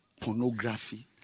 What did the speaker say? pornography